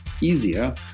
easier